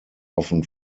often